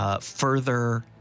Further